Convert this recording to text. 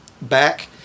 back